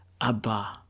Abba